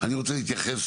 אני רוצה להתייחס